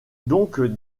donc